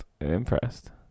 impressed